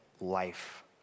life